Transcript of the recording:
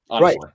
Right